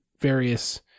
various